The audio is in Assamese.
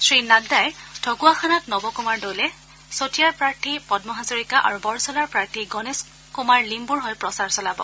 শ্ৰীনাড্ডাই ঢকুৱাখনাত নৱ কুমাৰ দলে চতিয়াৰ প্ৰাৰ্থী পদ্ম হাজৰিকা আৰু বৰছলাৰ প্ৰাৰ্থী গণেশ কুমাৰ লিম্বুৰ হৈ প্ৰচাৰ চলাব